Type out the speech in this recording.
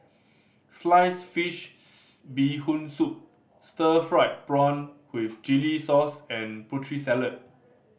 sliced fish's Bee Hoon Soup stir fried prawn with chili sauce and Putri Salad